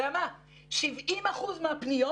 בין 50% ל-70% מהפניות,